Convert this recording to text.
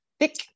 thick